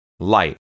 light